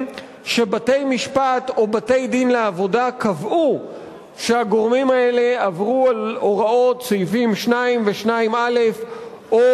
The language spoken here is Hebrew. שבתי-משפט או בתי-דין לעבודה קבעו שהם עברו על הוראות סעיפים 2 ו-2א או